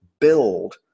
build